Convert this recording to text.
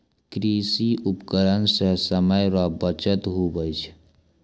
कृषि उपकरण से समय रो बचत हुवै छै